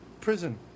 prison